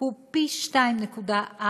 הוא פי 2.4